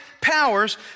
powers